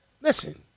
listen